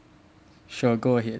sure go ahead